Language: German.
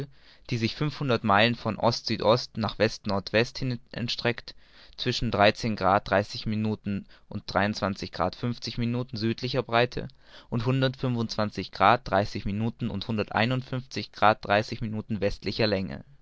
die sich über fünfhundert meilen weit von ost süd ost nach west nord west hin erstreckt zwischen und minuten südlicher breite und minuten westlicher länge